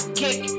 kick